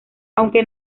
aunque